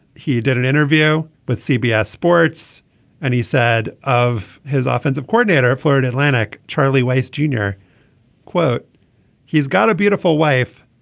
he did an interview with cbs sports and he said of his offensive coordinator for the and atlantic charlie waste junior quote he's got a beautiful wife.